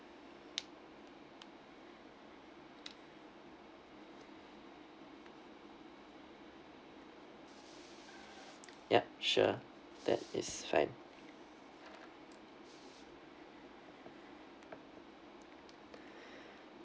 ya sure that is fine